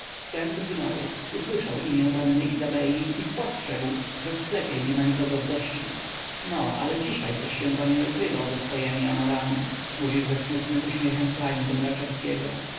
wtem drgnął usłyszał imię panny izabeli i spostrzegł że w sklepie niema nikogo z gości no ale dzisiaj toś się pan nie ukrywał ze swojemi amorami mówił ze smutnym uśmiechem klejn do